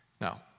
Now